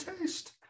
taste